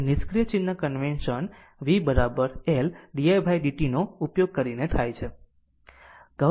તેથી નિષ્ક્રિય ચિહ્ન convention v L di dt નો ઉપયોગ કરીને થાય છે